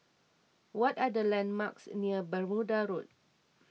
what are the landmarks near Bermuda Road